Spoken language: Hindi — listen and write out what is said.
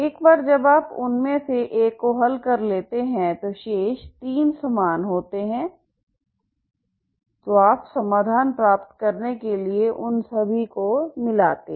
एक बार जब आप उनमें से एक को हल कर लेते हैं तो शेष तीन समान होते हैं तो आप समाधान प्राप्त करने के लिए उन सभी को मिलाते हैं